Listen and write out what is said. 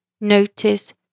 Notice